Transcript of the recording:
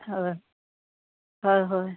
হয় হয় হয়